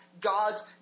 God's